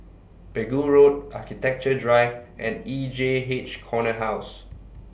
Pegu Road Architecture Drive and E J H Corner House